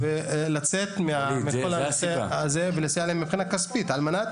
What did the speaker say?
לצאת מכל הנושא הזה ולסייע להם מבחינה כספית על מנת